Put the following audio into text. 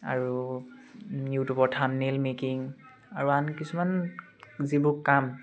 আৰু ইউটিউবত থান নেইল মেকিং আৰু আন কিছুমান যিবোৰ কাম